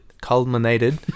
culminated